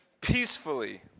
peacefully